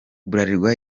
bralirwa